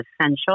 essential